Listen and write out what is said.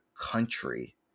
country